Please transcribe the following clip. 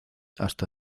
hasta